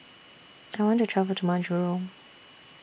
I want to travel to Majuro